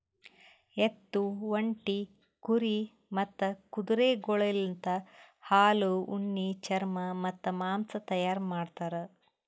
ಎತ್ತು, ಒಂಟಿ, ಕುರಿ ಮತ್ತ್ ಕುದುರೆಗೊಳಲಿಂತ್ ಹಾಲು, ಉಣ್ಣಿ, ಚರ್ಮ ಮತ್ತ್ ಮಾಂಸ ತೈಯಾರ್ ಮಾಡ್ತಾರ್